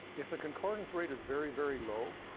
if the concordance rate is very, very low,